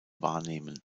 wahrnehmen